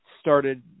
started